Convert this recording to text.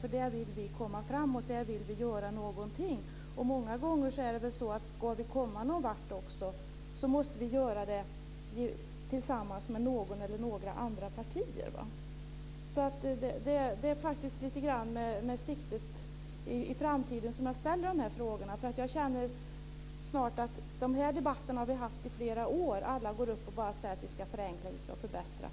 Man kan tala om vilket område man vill komma framåt på och göra någonting. Om vi ska komma någonvart måste vi också göra det tillsammans med något eller några andra partier. Det är med siktet mot framtiden som jag ställer frågorna. Vi har haft samma debatter i flera år. Alla går upp och säger att vi ska förenkla och förbättra.